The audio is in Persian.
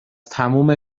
تموم